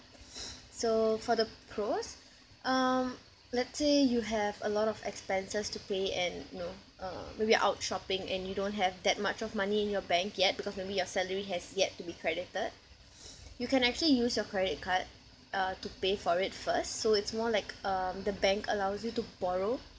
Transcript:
so for the pros um let's say you have a lot of expenses to pay and know uh maybe out shopping and you don't have that much of money in your bank yet because maybe your salary has yet to be credited you can actually use your credit card uh to pay for it first so it's more like um the bank allows you to borrow